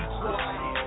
quiet